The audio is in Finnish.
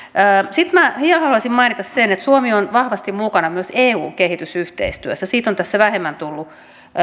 sitten minä vielä haluaisin mainita sen että suomi on vahvasti mukana myös eun kehitysyhteistyössä siitä on tässä vähemmän tullut